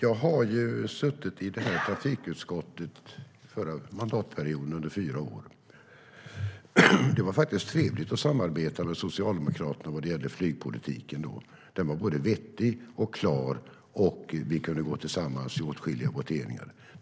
Herr talman! Jag har suttit i trafikutskottet i fyra år, under hela förra mandatperioden. Det var trevligt att samarbeta med Socialdemokraterna vad gällde flygpolitiken då. Den var både vettig och klar, och vi kunde gå samman i åtskilliga voteringar.